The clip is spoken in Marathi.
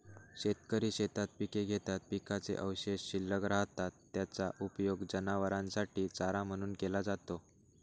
शेतकरी शेतात पिके घेतात, पिकाचे अवशेष शिल्लक राहतात, त्याचा उपयोग जनावरांसाठी चारा म्हणून केला जातो